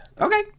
Okay